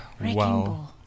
Wow